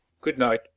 Good-night